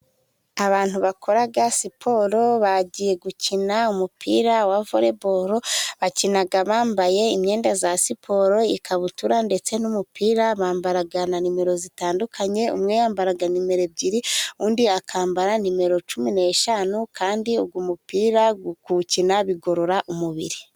Abantu bakora siporo bagiye gukina umupira wa vore boro, bakina bambaye imyenda ya siporo ikabutura ndetse n'umupira, bambara na nimero zitandukanye umwe yambara nimero ebyiri undi akambara nimero cumi n'eshanu ,kandi ubwo umupira kuwukina bigorora umubiri.